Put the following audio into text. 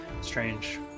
Strange